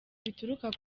bituruka